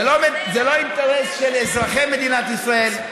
זה לא אינטרס של אזרחי מדינת ישראל.